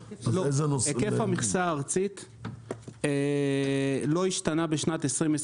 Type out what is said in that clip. היקף המכסה הארצית לא השתנה בשנת 2023,